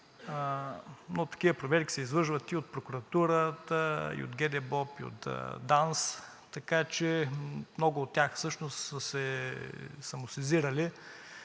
Но такива проверки се извършват и от прокуратурата, и от ГДБОП, и от ДАНС – много от тях всъщност са се самосезирали,